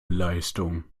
leistung